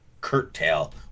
curtail